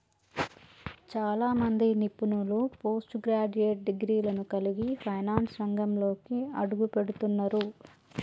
చాలా మంది నిపుణులు పోస్ట్ గ్రాడ్యుయేట్ డిగ్రీలను కలిగి ఫైనాన్స్ రంగంలోకి అడుగుపెడుతున్నరు